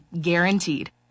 guaranteed